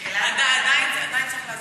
עדיין צריך,